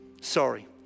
sorry